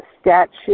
statue